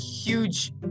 huge